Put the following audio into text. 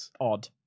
Odd